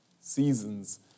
Seasons